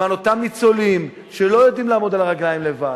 למען אותם ניצולים שלא יודעים לעמוד על הרגליים לבד,